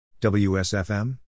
WSFM